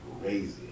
crazy